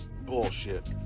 bullshit